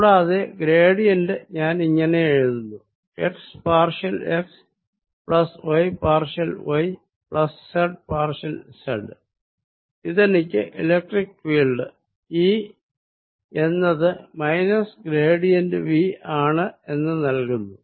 കൂടാതെ ഗ്രേഡിയന്റ് ഞാൻ ഇങ്ങനെ എഴുതുന്നു x partial x plus y partial y plus z partial z ഇതെനിക്ക് ഇലക്ട്രിക്ക് ഫീൽഡ് E എന്നത് മൈനസ് ഗ്രേഡിയന്റ് V ആണ് എന്ന് നൽകുന്നു